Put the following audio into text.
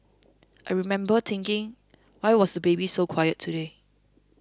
I remember thinking why was the baby so quiet today